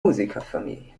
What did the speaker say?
musikerfamilie